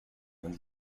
and